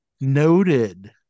Noted